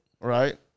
Right